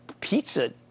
pizza